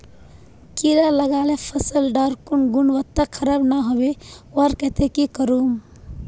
कीड़ा लगाले फसल डार गुणवत्ता खराब ना होबे वहार केते की करूम?